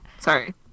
sorry